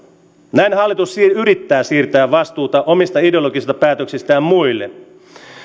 näin hallitus yrittää siirtää vastuuta omista ideologisista päätöksistään muille